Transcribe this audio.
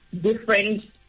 different